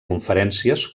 conferències